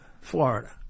Florida